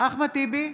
אחמד טיבי,